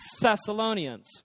Thessalonians